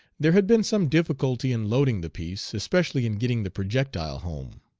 there had been some difficulty in loading the piece, especially in getting the projectile home.